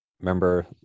remember